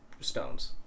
stones